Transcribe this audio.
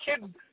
kid